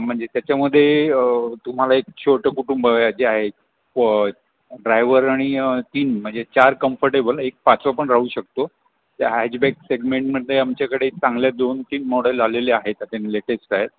म्हणजे त्याच्यामध्ये तुम्हाला एक छोटं कुटुंब जे आहे ड्रायवर आणि तीन म्हणजे चार कम्फर्टेबल एक पाचवं पण राहू शकतो त्या हॅचबॅक सेगमेंटमध्ये आमच्याकडे चांगल्या दोन तीन मॉडेल आलेले आहेत आता लेटेस्ट आहेत